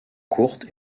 courtes